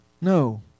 No